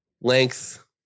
length